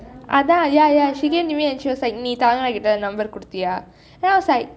அதான்:athaan ya ya she came to me then she was like நீ:ni thana கிட்டே:kittai number கொடுத்தீயா:koduthiya then I was like